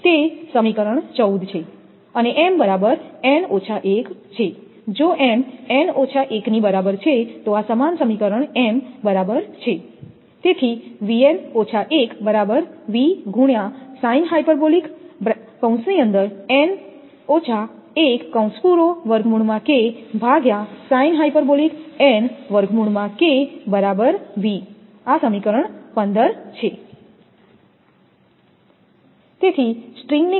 તેથી સમીકરણ 10 પર થી જો આપણને m મળે છે તે n ની બરાબર છે તે સમીકરણ 14 છે